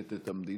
משתקת את המדינה.